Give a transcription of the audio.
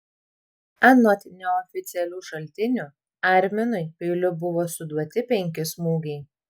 anot neoficialių šaltinių arminui peiliu buvo suduoti penki smūgiai